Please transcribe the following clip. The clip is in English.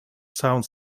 sound